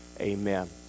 amen